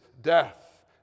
death